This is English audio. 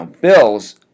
bills